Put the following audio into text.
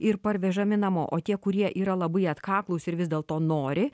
ir parvežami namo o tie kurie yra labai atkaklūs ir vis dėlto nori